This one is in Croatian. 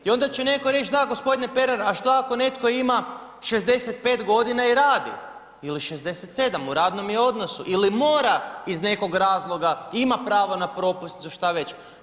I onda će neko reći, da gospodine Pernar, a šta ako neko ima 65 godina i radi ili 67 u radnom je odnosu ili mora iz nekoga razloga i ima pravo na propusnicu za šta već?